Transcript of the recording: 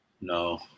No